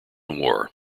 war